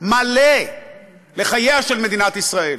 מלא לחייה של מדינת ישראל,